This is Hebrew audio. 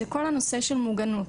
זה כל הנושא של 'מוגנות'.